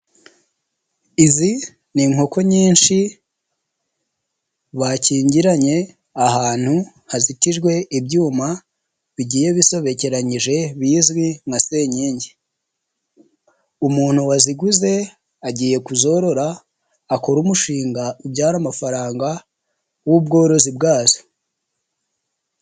Izi ni inkoko nyinshi bakingiranye ahantu, hazitirwe ibyuma bigiye bisobekeranyije bizwi nka senkenge. Umuntu waziguze agiye kuzorora, akore umushinga ubyara amafaranga w'ubworozi bwazo.